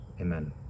amen